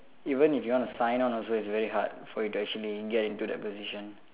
even if you want to sign on also it's very hard for you to actually get into that position